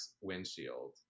windshield